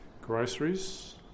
groceries